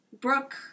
Brooke